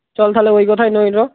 চল তাহলে ওই কথাই রইলো